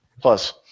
Plus